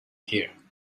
here